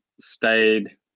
stayed